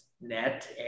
net